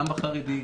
גם בחרדי,